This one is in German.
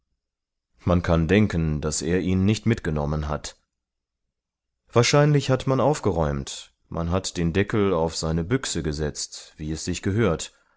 man kann denken daß er ihn nicht mitgenommen hat wahrscheinlich hat man aufgeräumt man hat den deckel auf seine büchse gesetzt wie es sich gehört